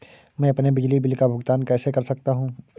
मैं अपने बिजली बिल का भुगतान कैसे कर सकता हूँ?